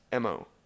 MO